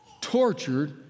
tortured